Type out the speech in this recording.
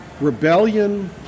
rebellion